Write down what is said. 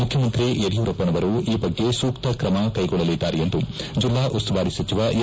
ಮುಖ್ಯಮಂತ್ರಿ ಯಡಿಯೂರಪ್ಪನವರು ಈ ಬಗ್ಗೆ ಸೂಕ್ತ ಕ್ರಮ ಕೈಗೊಳ್ಳಲಿದ್ದಾರೆಂದು ಜಿಲ್ಲಾ ಉಸ್ತುವಾರಿ ಸಚಿವ ಎಸ್